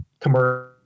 commercial